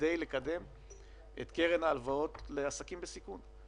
כדי לקדם את קרן ההלוואות לעסקים בסיכון,